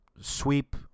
sweep